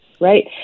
right